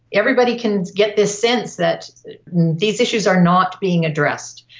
everybody can get this sense that these issues are not being addressed,